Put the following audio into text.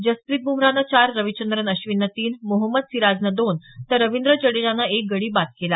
जसप्रित बुमराहनं चार रविचंद्रन अश्विननं तीन मोहम्मद सिराजनं दोन तर रविंद्र जडेजानं एक गडी बाद केला